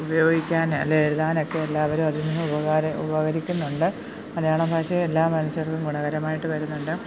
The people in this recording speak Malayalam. ഉപയോഗിക്കാൻ അല്ലേ എഴുതാനൊക്കെ എല്ലാവരും അതിൽനിന്ന് ഉപകാരം ഉപകരിക്കുന്നുണ്ട് മലയാള ഭാഷയെ എല്ലാ മനുഷ്യർക്കും ഗുണകരമായിട്ട് വരുന്നുണ്ട്